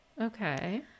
okay